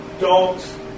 dogs